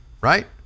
right